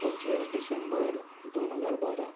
पंचवीस डिसेंबर दोन हजार बारा